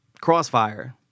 Crossfire